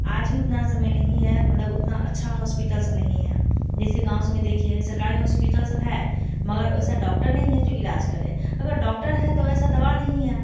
आज भी उतना समय नहीं है मतलब उतना अच्छा होस्पिटल्स नहीं है जैसे गाँव सब में देखिए सरकारी होस्पिटल सब है मगर वैसा डॉक्टर नहीं है जो इलाज करें अगर डॉक्टर है तो ऐसा दवा नहीं है